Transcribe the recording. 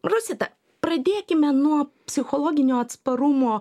rosita pradėkime nuo psichologinio atsparumo